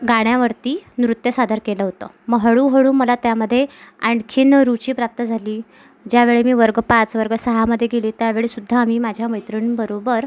गाण्यावरती नृत्य सादर केलं होतं मग हळूहळू मला त्यामध्ये आणखी रुची प्राप्त झाली ज्यावेळी मी वर्ग पाच वर्ग सहामध्ये गेले त्यावेळी सुद्धा मी माझ्या मैत्रिणींबरोबर